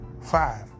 five